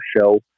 show